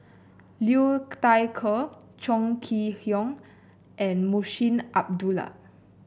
Liu Thai Ker Chong Kee Hiong and Munshi Abdullah